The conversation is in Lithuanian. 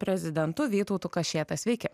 prezidentu vytautu kašėta sveiki